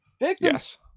Yes